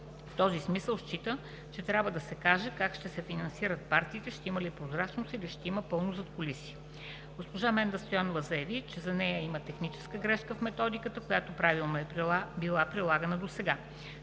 В този смисъл счита, че трябва да се каже как ще се финансират партиите, ще има ли прозрачност, или ще има пълно задкулисие. Госпожа Менда Стоянова заяви, че за нея има техническа грешка в методиката, която правилно е била прилагана досега.